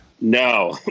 No